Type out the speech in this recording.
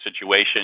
situation